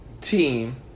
team